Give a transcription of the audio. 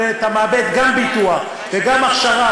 ואתה מאבד גם ביטוח וגם אכשרה,